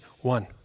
One